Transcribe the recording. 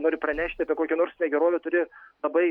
nori pranešti apie kokią nors negerovę turi labai